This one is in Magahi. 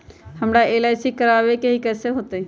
हमरा एल.आई.सी करवावे के हई कैसे होतई?